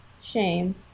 shame